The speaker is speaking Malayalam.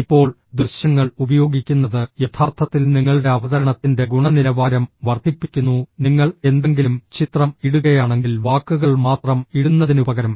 ഇപ്പോൾ ദൃശ്യങ്ങൾ ഉപയോഗിക്കുന്നത് യഥാർത്ഥത്തിൽ നിങ്ങളുടെ അവതരണത്തിന്റെ ഗുണനിലവാരം വർദ്ധിപ്പിക്കുന്നു നിങ്ങൾ എന്തെങ്കിലും ചിത്രം ഇടുകയാണെങ്കിൽ വാക്കുകൾ മാത്രം ഇടുന്നതിനുപകരം